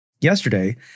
Yesterday